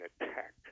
attack